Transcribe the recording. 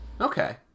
okay